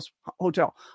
hotel